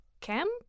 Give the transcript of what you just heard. camp